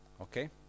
Okay